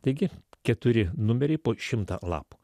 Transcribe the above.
taigi keturi numeriai po šimtą lapų